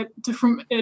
different